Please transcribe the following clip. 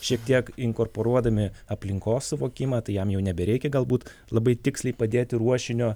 šiek tiek inkorporuodami aplinkos suvokimą tai jam jau nebereikia galbūt labai tiksliai padėti ruošinio